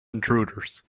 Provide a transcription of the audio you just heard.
intruders